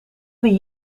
die